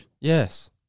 Yes